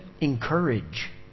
encourage